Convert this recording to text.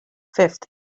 fifth